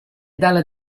dalla